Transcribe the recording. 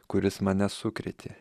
kuris mane sukrėtė